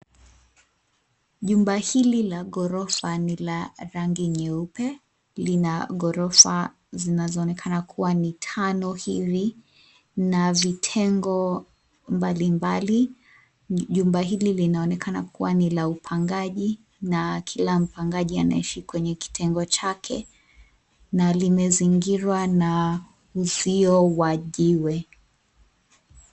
Jumba hili la gorofa nila rangi nyeupe. Lina gorofa zinazoonekana kuwa ni tano hivi, na vitengo mbalimbali. Jumba hili linaonekana kuwa ni la upangaji, na kila mpangaji anaishi katika kitengo chake. Na limezinirawa na usio wa jiwe.